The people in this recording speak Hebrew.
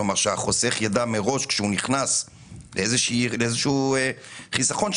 כלומר שהחוסך ידע מראש כשהוא נכנס לאיזשהו חיסכון,